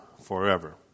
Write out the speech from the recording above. forever